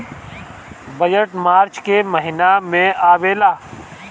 budget मार्च के महिना में आवेला